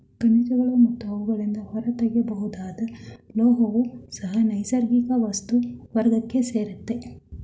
ಖನಿಜಗಳು ಮತ್ತು ಅವುಗಳಿಂದ ಹೊರತೆಗೆಯಬಹುದಾದ ಲೋಹವೂ ಸಹ ನೈಸರ್ಗಿಕ ವಸ್ತು ವರ್ಗಕ್ಕೆ ಸೇರಯ್ತೆ